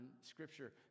scripture